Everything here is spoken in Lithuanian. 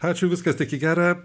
ačiū viskas tik į gera